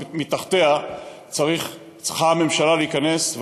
מתחתיה צריכה הממשלה להיכנס,